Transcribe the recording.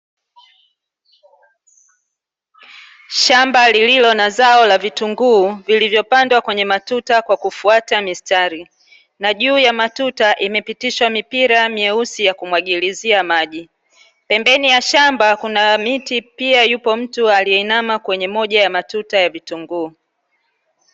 Shamba lililo na zao la vitunguu vilivyopandwa kwenye matuta kwa kufuata mistari, na juu ya matuta imepitishwa mipira myeusi ya kumwagilizia maji. Pembeni ya shamba kuna miti pia yupo mtu aliyeinama kwenye moja ya matuta ya vitunguu.